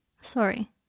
Sorry